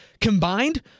combined